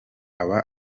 aba